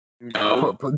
No